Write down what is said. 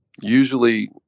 usually